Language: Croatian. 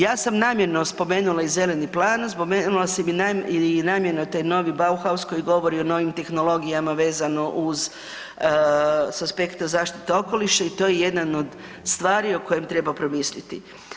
Ja sam namjerno spomenula i zeleni plan, spomenula sam namjerno taj novi Bauhaus koji govori o novim tehnologijama vezano uz s aspekta zaštite okoliša i to je jedan od stvari o kojem treba promisliti.